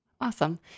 Awesome